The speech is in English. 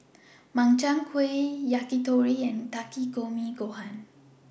Makchang Gui Yakitori and Takikomi Gohan